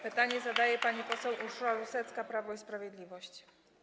Pytanie zadaje pani poseł Urszula Rusecka, Prawo i Sprawiedliwość.